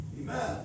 Amen